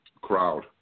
crowd